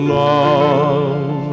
love